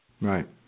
Right